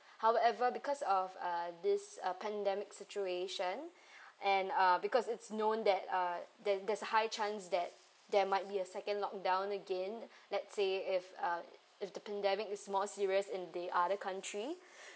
however because of uh this uh pandemic situation and uh because it's known that uh there there's a high chance that there might be a second lock down again let's say if uh if the pandemic is more serious in the other country